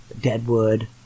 Deadwood